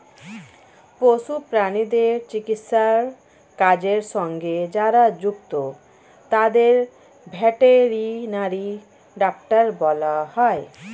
পশু প্রাণীদের চিকিৎসার কাজের সঙ্গে যারা যুক্ত তাদের ভেটেরিনারি ডাক্তার বলা হয়